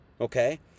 Okay